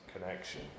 connection